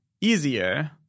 easier